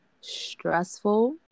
stressful